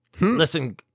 Listen